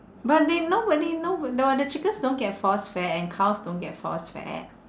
but they know whether you know the what the chickens don't get force fed and cows don't get force fed